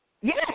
Yes